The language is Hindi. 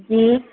जी